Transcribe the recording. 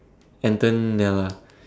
Antonella